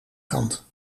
kant